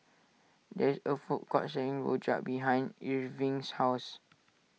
there is a food court selling Rojak behind Irving's house